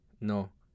No